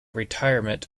retirement